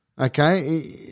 okay